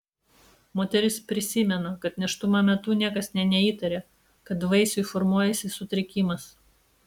moteris prisimena kad nėštumo metu niekas nė neįtarė kad vaisiui formuojasi sutrikimas